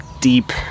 deep